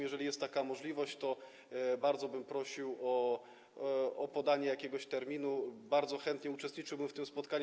Jeżeli jest taka możliwość, to bardzo bym prosił o podanie jakiegoś terminu, bo bardzo chętnie uczestniczyłbym w tym spotkaniu.